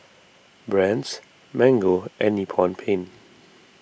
Brand's Mango and Nippon Paint